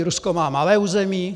Rusko má malé území?